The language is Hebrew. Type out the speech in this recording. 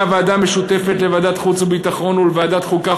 הוועדה המשותפת לוועדת החוץ והביטחון ולוועדת החוקה,